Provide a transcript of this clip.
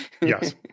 Yes